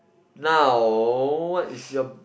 now what is your